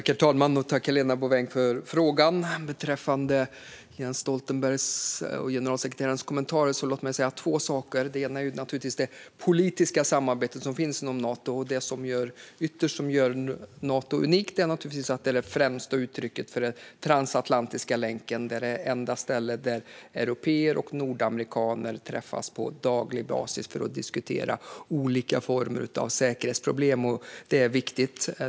Herr talman! Tack för frågan, Helena Bouveng! Låt mig säga två saker beträffande generalsekreterare Jens Stoltenbergs kommentarer. Det ena handlar om det politiska samarbete som finns inom Nato. Det som ytterst gör Nato unikt är naturligtvis att det är det främsta uttrycket för den transatlantiska länken. Nato är det enda ställe där européer och nordamerikaner träffas på daglig basis för att diskutera olika former av säkerhetsproblem, och det är viktigt.